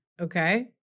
Okay